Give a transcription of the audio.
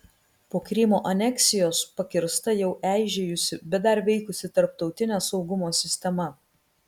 po krymo aneksijos pakirsta jau eižėjusi bet dar veikusi tarptautinė saugumo sistema